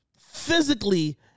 physically